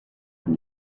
him